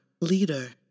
leader